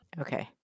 Okay